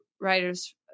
writers